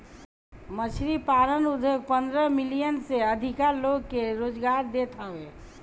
मछरी पालन उद्योग पन्द्रह मिलियन से अधिका लोग के रोजगार देत हवे